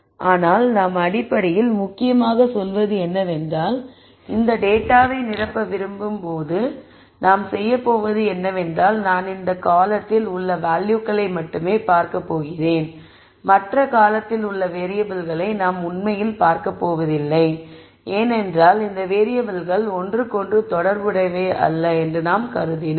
ஆனால் நாம் அடிப்படையில் முக்கியமாக சொல்வது என்னவென்றால் இந்தத் டேட்டாவை நிரப்ப விரும்பும் போது நான் செய்யப்போவது என்னவென்றால் நான் இந்த காலத்தில் உள்ள வேல்யூகளை மட்டுமே பார்க்கப் போகிறேன் மற்ற காலத்தில் உள்ள வேறியபிள்களை நாம் உண்மையில் பார்க்கப் போவதில்லை ஏனென்றால் இந்த வேறியபிள்கள் ஒன்றுக்கொன்று தொடர்புடையவை அல்ல என்று நாம் கருதினோம்